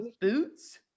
boots